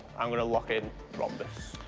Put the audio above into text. i'm going to lock in rhombus.